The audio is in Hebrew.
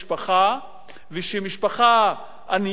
ומשפחה ענייה בדור הזה,